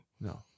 No